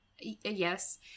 yes